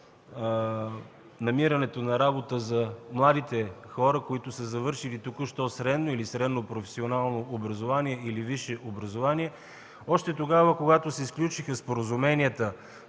намирането на работа за младите хора, завършили току-що средно или средно професионално образование, или висше образование; още тогава, когато се сключиха споразуменията